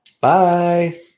Bye